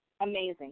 Amazing